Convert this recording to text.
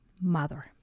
mother